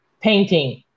painting